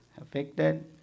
affected